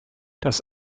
das